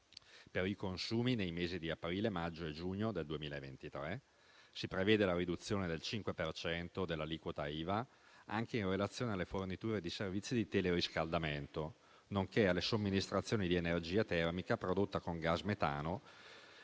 per i consumi nei mesi di aprile, maggio e giugno del 2023. Si prevede la riduzione del 5 per cento dell'aliquota IVA anche in relazione alle forniture di servizi di teleriscaldamento, nonché alle somministrazioni di energia termica prodotta con gas metano